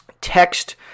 text